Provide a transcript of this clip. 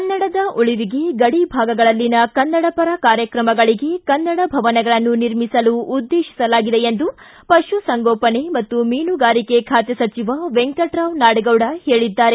ಕನ್ನಡದ ಉಳಿವಿಗೆ ಗಡಿ ಭಾಗಗಳಲ್ಲಿನ ಕನ್ನಡ ಪರ ಕಾರ್ಯಕ್ರಮಗಳಿಗೆ ಕನ್ನಡ ಭವನಗಳನ್ನು ನಿರ್ಮಿಸಲು ಉದ್ದೇಶಿಸಲಾಗಿದೆ ಎಂದು ಪಶುಸಂಗೋಪನೆ ಮತ್ತು ಮೀನುಗಾರಿಕೆ ಬಾತೆ ಸಚಿವ ವೆಂಕಟರಾವ್ ನಾಡಗೌಡ ಹೇಳದ್ದಾರೆ